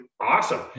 Awesome